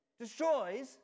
destroys